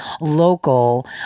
local